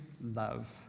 love